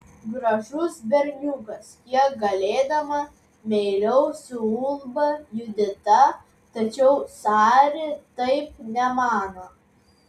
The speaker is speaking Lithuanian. gražus berniukas kiek galėdama meiliau suulba judita tačiau sari taip nemano